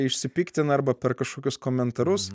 išsipiktina arba per kažkokius komentarus